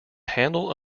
handle